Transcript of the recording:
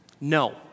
No